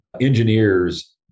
engineers